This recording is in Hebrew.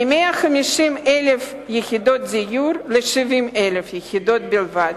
מ-150,000 יחידות דיור ל-70,000 יחידות בלבד.